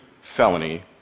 felony